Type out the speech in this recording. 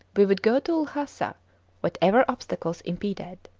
we would go to lhasa whatever obstacles impeded.